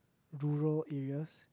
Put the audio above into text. rural areas